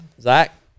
Zach